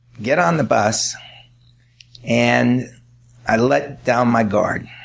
get on the bus and i let down my guard.